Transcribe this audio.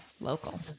local